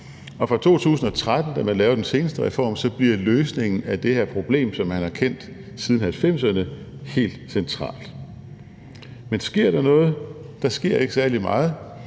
Og fra 2013, da man laver den seneste reform, bliver løsningen af det problem, som man har kendt siden 1990'erne, helt central. Men sker der noget? Der sker ikke særlig meget,